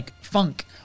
funk